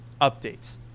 updates